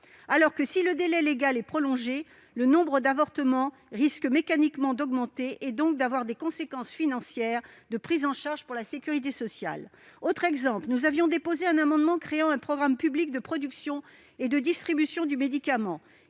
Pourtant, si le délai légal est prolongé, le nombre d'avortements risque mécaniquement d'augmenter, avec des conséquences financières en termes de prise en charge pour la sécurité sociale. Autre exemple : nous avions déposé un amendement tendant à créer un programme public de production et de distribution du médicament.